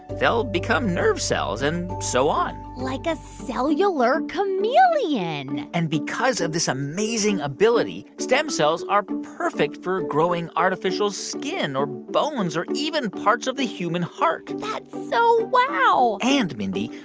they'll become nerve cells and so on like a cellular chameleon and because of this amazing ability, stem cells are perfect for growing artificial skin or bones or even parts of the human heart that's so wow and, mindy,